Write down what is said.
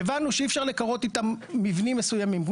והבנו שאי-אפשר לקרות איתם מבנים מסוימים,